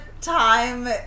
time